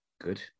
Good